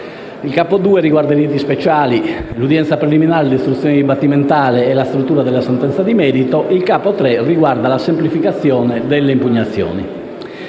Il Capo II riguarda i riti speciali, l'udienza preliminare, l'istruzione dibattimentale e la struttura della sentenza di merito. Il Capo III riguarda la semplificazione delle impugnazioni.